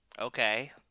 Okay